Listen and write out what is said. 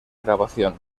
grabación